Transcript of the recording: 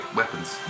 weapons